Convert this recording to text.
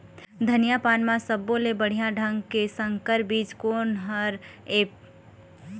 धनिया पान म सब्बो ले बढ़िया ढंग के संकर बीज कोन हर ऐप?